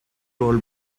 roll